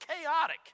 chaotic